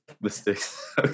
mistakes